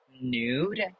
nude